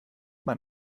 mein